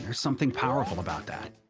something powerful about that.